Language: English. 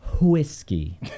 whiskey